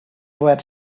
were